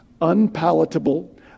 unpalatable